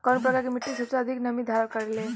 कउन प्रकार के मिट्टी सबसे अधिक नमी धारण करे ले?